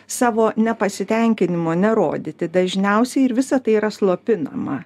savo nepasitenkinimo nerodyti dažniausiai ir visa tai yra slopinama